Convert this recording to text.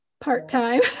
part-time